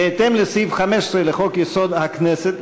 בהתאם לסעיף 15 לחוק-יסוד: הכנסת,